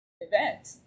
event